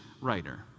writer